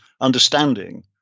understanding